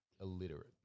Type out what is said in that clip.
illiterate